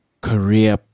career